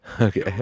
Okay